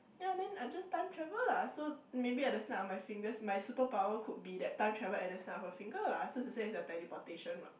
ya and then I just time travel lah so maybe at the snap of my fingers my super power could be that time travel at the snap of a finger lah so is the same as your teleportation what